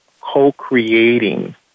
co-creating